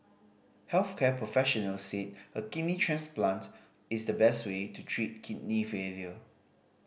health care professional said a kidney transplant is the best way to treat kidney failure